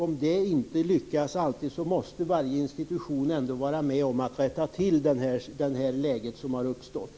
Om det inte lyckas måste varje institution vara med om att rätta till det läge som uppstått.